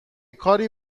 کاری